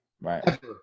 right